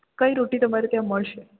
કઈ રોટી તમારે ત્યાં મળશે